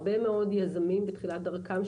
הרבה מאוד יזמים בתחילת דרכם,